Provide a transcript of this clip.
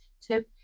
two